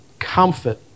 Comfort